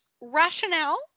rationale